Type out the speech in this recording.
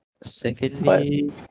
Secondly